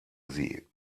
sie